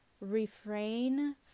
refrain